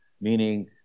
meaning